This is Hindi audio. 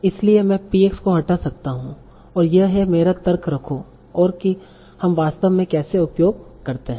इसलिए मैं P x को हटा सकता हूं और यह है मेरा तर्क रखो और कि हम वास्तव में कैसे उपयोग करते हैं